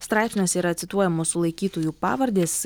straipsniuose yra cituojamos sulaikytųjų pavardės